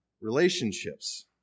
relationships